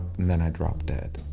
and then i drop dead.